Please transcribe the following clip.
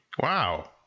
Wow